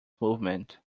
movement